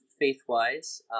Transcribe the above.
faith-wise